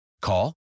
Call